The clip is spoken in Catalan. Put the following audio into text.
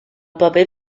paper